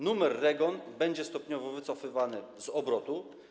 Numer REGON będzie stopniowo wycofywany z obrotu.